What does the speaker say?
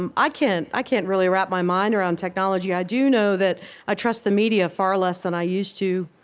um i can't i can't really wrap my mind around technology. i do know that i trust the media far less than i used to.